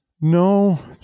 No